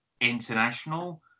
international